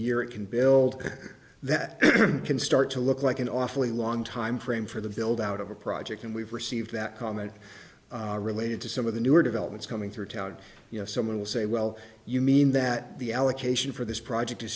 year it can build that can start to look like an awfully long time frame for the build out of a project and we've received that comment related to some of the newer developments coming through town you know someone will say well you mean that the allocation for this project is